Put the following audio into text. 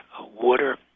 water